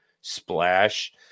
splash